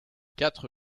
quatre